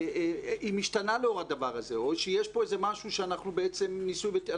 אם השתנה לאור הדבר הזה או שיש פה איזה משהו שהוא בעצם ניסוי וטעייה,